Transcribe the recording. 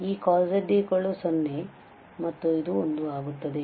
ಆದ್ದರಿಂದ ಈ cos z 0 ಮತ್ತು ಇದು 1ಆಗುತ್ತದೆ